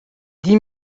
dix